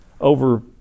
over